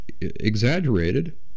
exaggerated